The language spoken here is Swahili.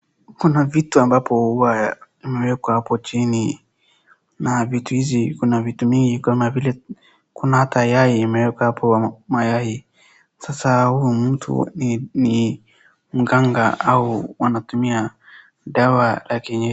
Kuna vitu ambapo huwa imeekwa hapo chini. Na vitu hizi kuna vitu mingi kama vile kuna hata yai imeekwa hapo mayai , sasa huyu mtu ni mganga au anatumia dawa ya kienyeji.